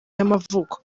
y’amavuko